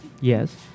Yes